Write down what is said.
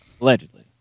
Allegedly